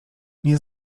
nie